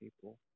people